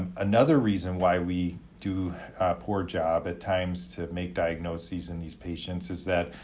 ah another reason why we do a poor job at times to make diagnosis in these patients is that,